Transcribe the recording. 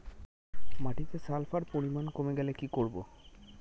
মাটিতে সালফার পরিমাণ কমে গেলে কি করব?